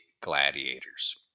gladiators